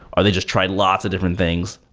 or they just try lots of different things.